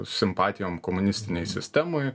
simpatijom komunistinei sistemai